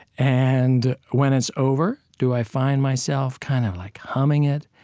and when it's over, do i find myself kind of, like, humming it?